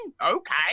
okay